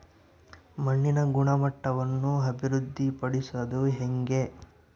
ಮಣ್ಣಿನ ಗುಣಮಟ್ಟವನ್ನು ಅಭಿವೃದ್ಧಿ ಪಡಿಸದು ಹೆಂಗೆ?